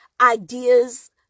ideas